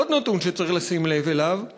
עוד נתון שצריך לשים לב אליו הוא